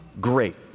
great